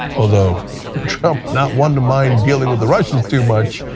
although trump, not one to mind dealing with the russians too much,